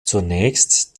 zunächst